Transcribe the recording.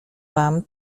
wam